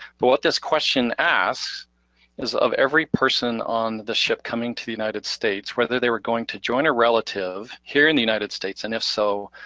but what this question asks is of every person on the ship coming to the united states, whether they were going to join a relative here in the united states and if so,